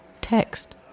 text